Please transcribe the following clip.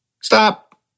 Stop